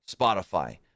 Spotify